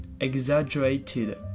exaggerated